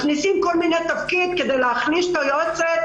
מכניסים כל מיני תפקידים כדי לפגוע ביועצת,